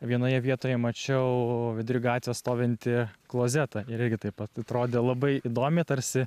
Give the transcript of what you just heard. vienoje vietoje mačiau vidurį gatvės stovintį klozetą ir irgi taip pat atrodė labai įdomiai tarsi